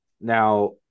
Now